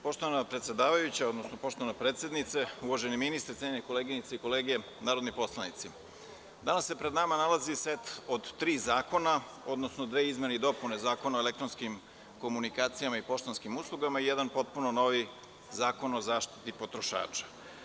Poštovana predsedavajuća, odnosno poštovana predsednice, uvaženi ministre, cenjene koleginice i kolege narodni poslanici, danas se pred nama nalazi set od tri zakona, odnosno dve izmene i dopune zakona o elektronskim komunikacijama i poštanskim uslugama i jedan potpuno novi Zakon o zaštiti potrošača.